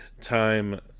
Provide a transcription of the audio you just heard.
time